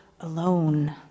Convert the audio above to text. alone